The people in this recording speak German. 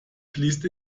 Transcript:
fließt